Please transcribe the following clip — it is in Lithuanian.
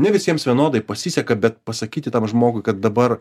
ne visiems vienodai pasiseka bet pasakyti tam žmogui kad dabar